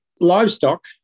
livestock